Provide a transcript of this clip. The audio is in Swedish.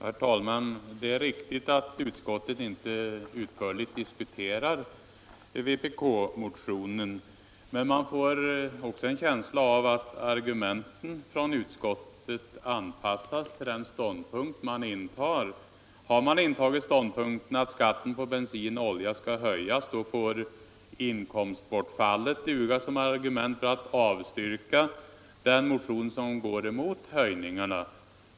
Herr talman! Det är riktigt att utskottet inte utförligt diskuterat vpkmotionen, men jag har också en känsla av att utskottets argument anpassas till den ståndpunkt man intar. Har man intagit ståndpunkten att skatten på bensin och olja skall höjas får inkomstbortfallet duga som argument för att avstyrka den motion som går emot höjningarna.